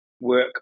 work